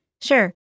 Sure